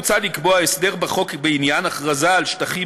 מוצע לקבוע הסדר בחוק בעניין הכרזה על שטחים